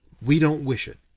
we don't wish it.